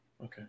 Okay